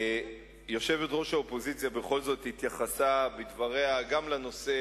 יושבת-ראש האופוזיציה בכל זאת התייחסה בדבריה גם לנושא